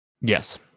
Yes